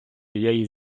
цієї